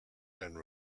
and